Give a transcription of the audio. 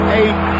eight